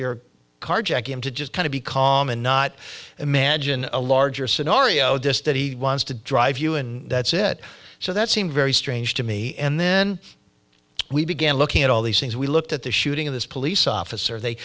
your car jack him to just kind of be calm and not imagine a larger scenario distin he wants to drive you and that's it so that seemed very strange to me and then we began looking at all these things we looked at the shooting of this police officer they